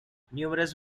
numerous